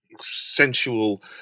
sensual